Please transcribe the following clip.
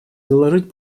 заложить